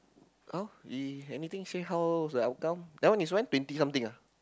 how he anything say how the outcome that one is when twenty something ah